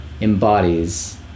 embodies